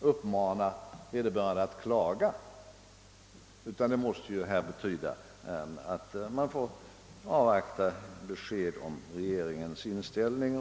uppmana vederbörande kommuner att överklaga — utan meningen måste vara att man får avvakta besked om regeringens inställning.